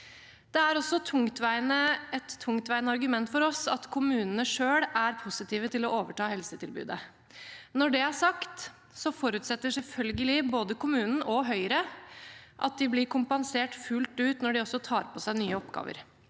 Det er også et tungtveiende argument for oss at kommunene selv er positive til å overta helsetilbudet. Når det er sagt, forutsetter selvfølgelig både kommunene og Høyre at de blir kompensert fullt ut når de tar på seg nye oppgaver.